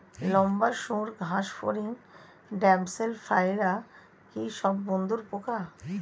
লম্বা সুড় ঘাসফড়িং ড্যামসেল ফ্লাইরা কি সব বন্ধুর পোকা?